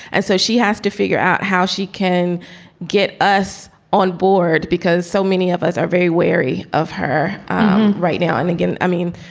and so she has to figure out how she can get us on board, because so many of us are very wary of her right now. and again, i mean,